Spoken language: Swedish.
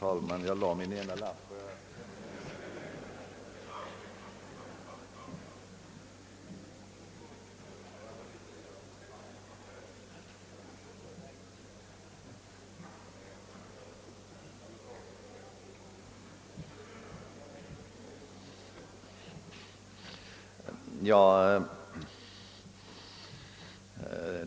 Herr talman!